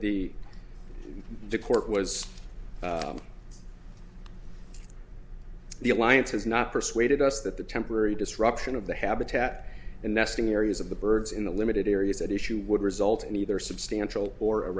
the the court was the alliance has not persuaded us that the temporary disruption of the habitat and nesting areas of the birds in the limited areas at issue would result in either substantial or